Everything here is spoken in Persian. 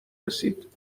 رسید